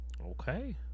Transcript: okay